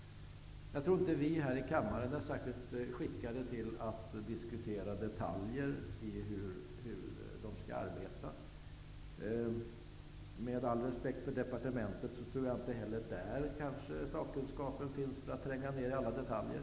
Jag tror inte att vi här i kammaren är särskilt väl skickade att diskutera detaljer när det gäller hur den skall arbeta. Jag har all respekt för departementet, men jag tror inte att man heller där har en sådan sakkunskap att man kan tränga in i alla detaljer.